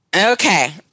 Okay